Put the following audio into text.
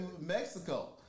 Mexico